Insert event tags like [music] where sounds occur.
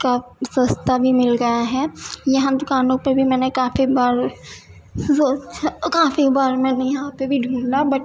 کافی سستا بھی مل گیا ہے یہاں دکانوں پہ بھی میں نے کافی بار [unintelligible] کافی بار میں نے یہاں پہ بھی ڈھونڈا بٹ